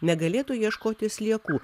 negalėtų ieškoti sliekų